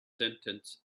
sentence